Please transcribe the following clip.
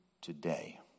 today